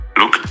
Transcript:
look